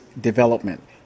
Development